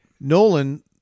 Nolan